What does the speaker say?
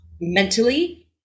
mentally